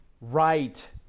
right